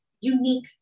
unique